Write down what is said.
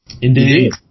Indeed